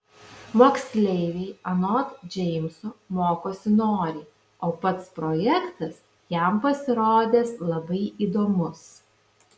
moksleiviai anot džeimso mokosi noriai o pats projektas jam pasirodęs labai įdomus